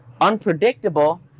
unpredictable